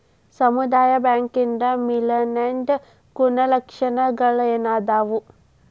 ಸಮುದಾಯ ಬ್ಯಾಂಕಿಂದ್ ವಿಲೇನದ್ ಗುಣಲಕ್ಷಣಗಳೇನದಾವು?